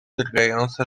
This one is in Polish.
drgające